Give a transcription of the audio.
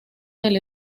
del